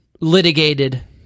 litigated